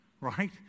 right